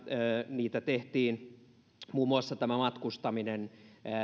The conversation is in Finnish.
niitä tehtiin muun muassa tämä matkustaminen